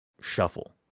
shuffle